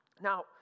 Now